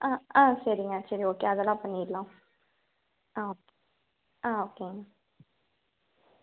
ஆ ஆ சரிங்க சரி ஓகே அதெலாம் பண்ணிடலாம் ஆ ஆ ஓகேங்க